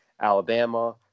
Alabama